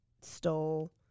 stole